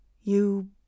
You